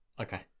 Okay